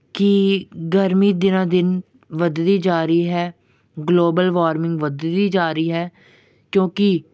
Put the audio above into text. ਕਿ ਗਰਮੀ ਦਿਨੋ ਦਿਨ ਵੱਧਦੀ ਜਾ ਰਹੀ ਹੈ ਗਲੋਬਲ ਵੋਰਮਿੰਗ ਵੱਧਦੀ ਜਾ ਰਹੀ ਹੈ ਕਿਉਂਕਿ